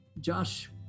Josh